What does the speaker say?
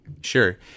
Sure